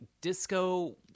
disco